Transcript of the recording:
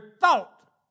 thought